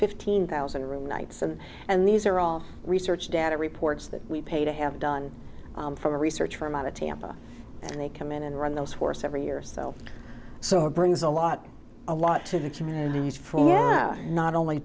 fifteen thousand room nights and and these are all research data reports that we pay to have done from a research firm out of tampa and they come in and run those force every year or so so it brings a lot a lot to the communities for not only